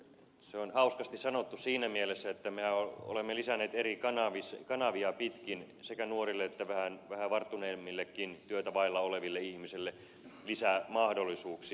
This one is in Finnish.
se on hauskasti sanottu siinä mielessä että me olemme lisänneet eri kanavia pitkin sekä nuorille että vähän varttuneemmillekin työtä vailla oleville ihmisille mahdollisuuksia